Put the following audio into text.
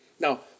Now